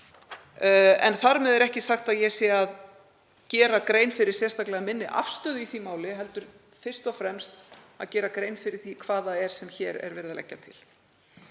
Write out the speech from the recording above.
en þar með er ekki sagt að ég sé að gera sérstaklega grein fyrir afstöðu minni í því máli heldur fyrst og fremst að gera grein fyrir því hvað það er sem hér er verið að leggja til.